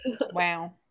Wow